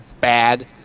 bad